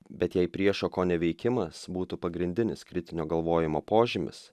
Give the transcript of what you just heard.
bet jei priešo koneveikimas būtų pagrindinis kritinio galvojimo požymis